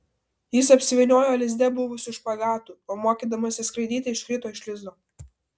jis apsivyniojo lizde buvusiu špagatu o mokydamasis skraidyti iškrito iš lizdo